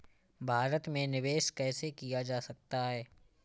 भारत में निवेश कैसे किया जा सकता है?